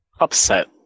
Upset